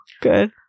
good